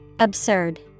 Absurd